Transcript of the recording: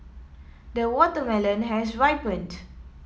the watermelon has ripened